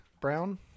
Brown